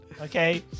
Okay